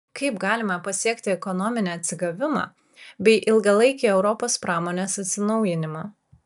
kaip galime pasiekti ekonominį atsigavimą bei ilgalaikį europos pramonės atsinaujinimą